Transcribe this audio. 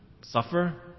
suffer